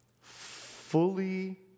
Fully